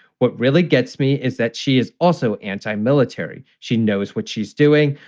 what really gets me is that she is also anti military. she knows what she's doing.